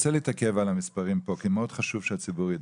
רוצה להתעכב על המספרים פה כי מאוד חשוב שהציבור ידע.